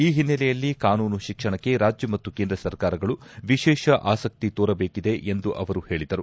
ಈ ಹಿನ್ನೆಲೆಯಲ್ಲಿ ಕಾನೂನು ಶಿಕ್ಷಣಕ್ಕೆ ರಾಜ್ಯ ಮತ್ತು ಕೇಂದ್ರ ಸರ್ಕಾರಗಳು ವಿಶೇಷ ಆಸಕ್ತಿ ತೋರಬೇಕಿದೆ ಎಂದು ಅವರು ಹೇಳಿದರು